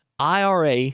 IRA